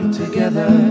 together